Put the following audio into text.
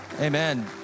Amen